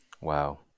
Wow